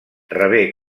rebé